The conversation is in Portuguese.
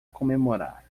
comemorar